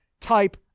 type